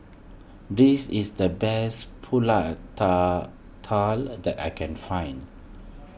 this is the best Pulut Tatal that I can find